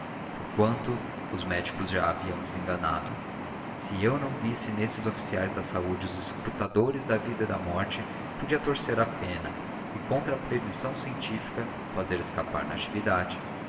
pedidos porquanto os médicos já a haviam desenganado se eu não visse nesses oficiais da saúde os escrutadores da vida e da morte podia torcer a pena e contra a predição científica fazer escapar natividade